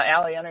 Allie